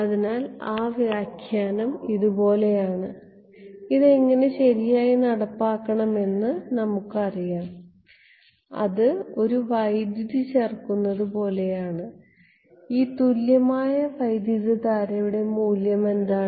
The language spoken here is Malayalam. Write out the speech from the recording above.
അതിനാൽ ആ വ്യാഖ്യാനം ഇതുപോലെയാണ് അത് എങ്ങനെ ശരിയായി നടപ്പാക്കണമെന്ന് നമുക്കറിയാം അത് ഒരു വൈദ്യുതി ചേർക്കുന്നത് പോലെയാണ് ഈ തുല്യമായ വൈദ്യുതധാരയുടെ മൂല്യം എന്താണ്